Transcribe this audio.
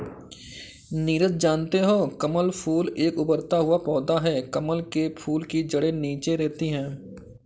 नीरज जानते हो कमल फूल एक उभरता हुआ पौधा है कमल के फूल की जड़े नीचे रहती है